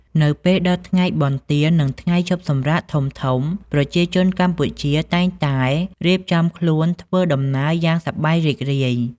នៅពេលដល់ថ្ងៃបុណ្យទាន និងថ្ងៃឈប់សម្រាកធំៗ ប្រជាជនកម្ពុជាតែងតែរៀបចំខ្លួនធ្វើដំណើរយ៉ាងសប្បាយរីករាយ។